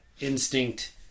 instinct